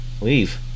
leave